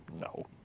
no